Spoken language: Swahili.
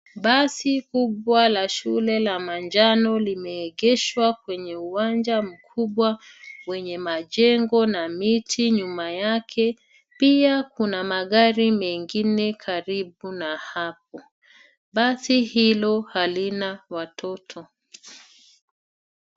Basi kubwa la shule la manjano limeegeshwa kwenye uwanja mkubwa wenye majengo na miti nyuma yake. Pia kuna magari mengine karibu na hapo. Basi hilo halina watoto.